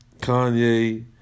Kanye